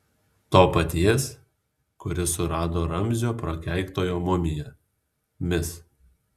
to paties kuris surado ramzio prakeiktojo mumiją mis